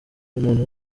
umuntu